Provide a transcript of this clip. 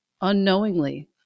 unknowingly